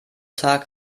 tag